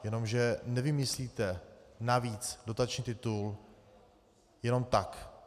Jenomže nevymyslíte navíc dotační titul jenom tak.